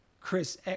Chris